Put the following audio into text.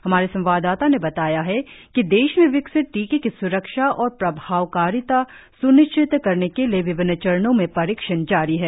हमारे संवाददाता ने बताया है कि देश में विकसित टीके की स्रक्षा और प्रभावकारिता स्निश्चित करने के लिए विभिन्न चरणों में परीक्षण जारी हैं